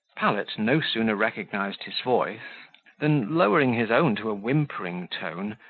pallet no sooner recognized his voice than, lowering his own to a whimpering tone,